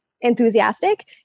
enthusiastic